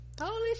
Holy